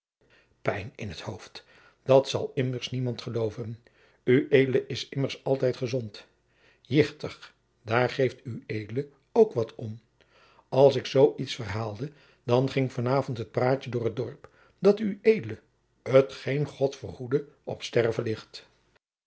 in t hoofd dat zal immers niemand geloven ued is immers altijd gezond jichtig daar geeft ued ook wat om als ik zoo iets verhaalde dan ging van avond het praatje door t dorp dat ued t geen god verhoede op sterven ligt